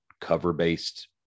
cover-based